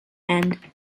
end